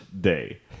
Day